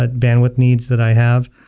but bandwidth needs that i have.